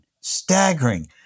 staggering